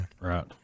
right